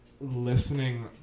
listening